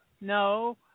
No